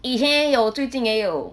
以前有最近也有